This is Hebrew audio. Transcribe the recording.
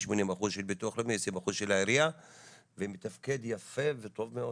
80% ביטוח לאומי ו-20% של העירייה ומתפקד יפה וטוב מאוד.